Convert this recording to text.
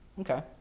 Okay